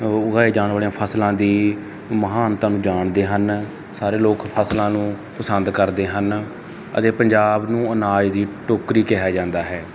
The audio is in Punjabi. ਉਗਾਈਆਂ ਜਾਣ ਵਾਲੀਆਂ ਫਸਲਾਂ ਦੀ ਮਹਾਨਤਾ ਨੂੰ ਜਾਣਦੇ ਹਨ ਸਾਰੇ ਲੋਕ ਫਸਲਾਂ ਨੂੰ ਪਸੰਦ ਕਰਦੇ ਹਨ ਅਤੇ ਪੰਜਾਬ ਨੂੰ ਅਨਾਜ ਦੀ ਟੋਕਰੀ ਕਿਹਾ ਜਾਂਦਾ ਹੈ